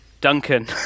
Duncan